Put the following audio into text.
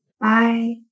Bye